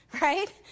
Right